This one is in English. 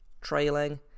trailing